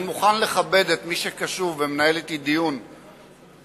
אני מוכן לכבד את מי שקשוב ומנהל אתי דיון אמיתי,